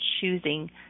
choosing